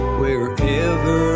wherever